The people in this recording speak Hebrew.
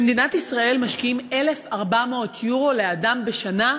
במדינת ישראל משקיעים בתחבורה ציבורית 1,400 יורו לאדם בשנה,